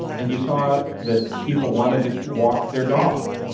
and you saw that people wanted to walk their dog.